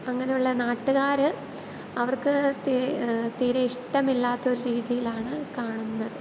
അങ്ങെനെയുള്ള നാട്ടുകാർ അവർക്ക് തീ തീരെ ഇഷ്ടമില്ലാത്തൊരു രീതിയിലാണ് കാണുന്നത്